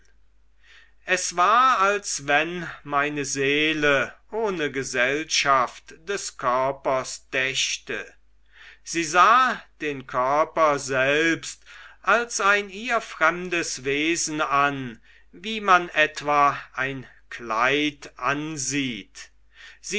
es war als wenn meine seele ohne gesellschaft des körpers dächte sie sah den körper selbst als ein ihr fremdes wesen an wie man etwa ein kleid ansieht